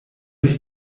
ich